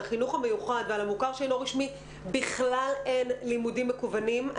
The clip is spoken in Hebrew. לחינוך המיוחד ולמוכר שאינו רשמי בכלל אין לימודים מקוונים.